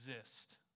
exist